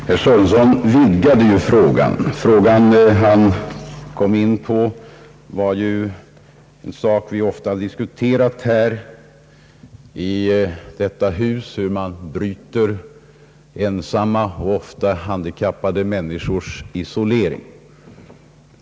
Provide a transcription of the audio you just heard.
Herr talman! Herr Sörenson vidgade frågan till att omfatta en sak som vi ofta diskuterat i det här huset, nämligen hur man bryter den isolering som t.ex. handikappade människor kan råka in i.